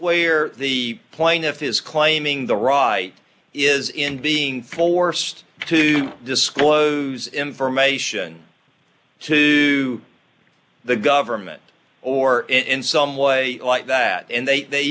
where the plaintiff is claiming the right is in being forced to disclose information to the government or in some way like that and they